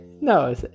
No